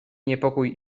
niepokój